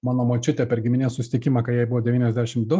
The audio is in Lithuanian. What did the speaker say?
mano močiutė per giminės susitikimą kai jai buvo devyniasdešim du